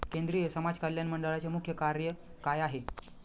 केंद्रिय समाज कल्याण मंडळाचे मुख्य कार्य काय आहे?